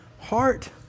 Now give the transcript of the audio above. heart